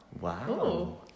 Wow